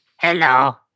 Hello